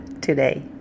today